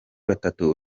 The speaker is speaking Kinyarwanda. batatu